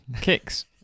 Kicks